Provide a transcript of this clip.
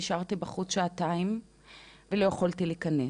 נשארתי בחוץ שעתיים ולא יכולתי להיכנס.